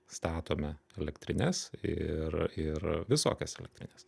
statome elektrines ir ir visokias elektrines